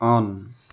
on